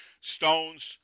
stones